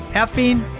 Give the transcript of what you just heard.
effing